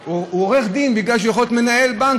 הוא עורך דין בגלל שהוא יכול להיות מנהל בנק,